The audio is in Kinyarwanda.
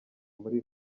muri